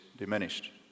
Diminished